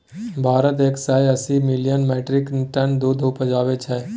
भारत एक सय अस्सी मिलियन मीट्रिक टन दुध उपजाबै छै